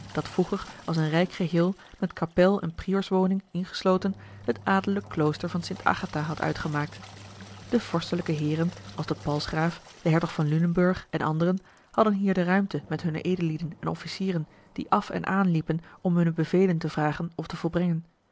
dat vroeger als een rijk geheel met kapel en priorswoning ingesloten het adellijk klooster van st agatha had uitgemaakt de vorstelijke heeren als de palzgraaf de hertog van lunenburg en anderen hadden hier de ruimte met hunne edellieden en officieren die af en aan liepen om hunne bevelen te vragen of te volbrengen